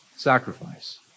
sacrifice